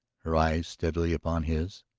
her eyes steadily upon his,